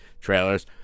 trailers